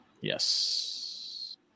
Yes